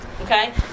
okay